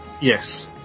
Yes